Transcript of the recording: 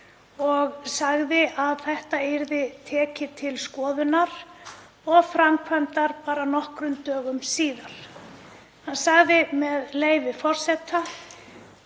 og sagði að þetta yrði tekið til skoðunar og framkvæmdar bara nokkrum dögum síðar. Hann sagði, með leyfi forseta: